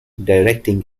directing